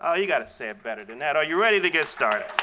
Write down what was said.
ah you got to say it better than that. are you ready to get started?